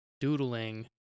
doodling